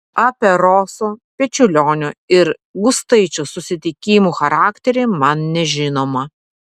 apie roso pečiulionio ir gustaičio susitikimų charakterį man nežinoma